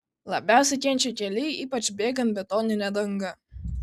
labiausiai kenčia keliai ypač bėgant betonine danga